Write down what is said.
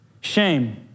Shame